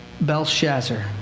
Belshazzar